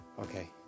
Okay